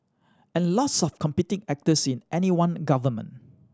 and lots of competing actors in any one government